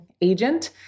agent